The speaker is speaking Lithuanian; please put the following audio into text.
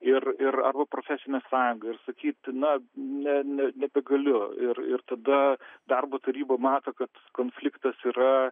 ir ir arba profesinę sąjungą ir sakyt na ne ne nebegaliu ir ir tada darbo taryba mato kad konfliktas yra